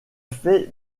fait